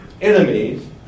enemies